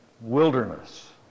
wilderness